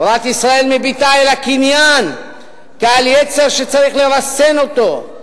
תורת ישראל מביטה אל הקניין כעל יצר שצריך לרסן אותו,